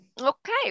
Okay